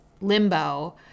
limbo